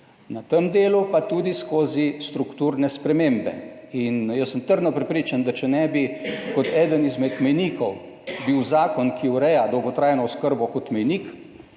Na tem delu pa tudi skozi strukturne spremembe in jaz sem trdno prepričan, da če ne bi kot eden izmed mejnikov bil zakon, ki ureja dolgotrajno oskrbo kot mejnik,